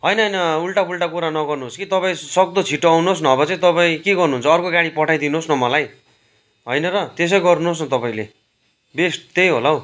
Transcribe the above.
होइन होइन उल्टा पुल्टा कुरा नगर्नुहोस् कि तपाईँ सक्दो छिट्टो आउनुहोस् नभए चाहिँ तपाईँ के गर्नु हुन्छ अर्को गाडी पठाइदिनुहोस् न मलाई हैन र तेसै गर्नुस् न तपैले बेस्ट त्यही होला हौ